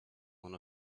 one